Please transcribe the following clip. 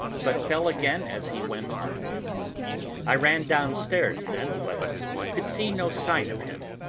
but fell again as he went on i ran downstairs then, but could see no sign of him.